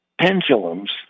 pendulums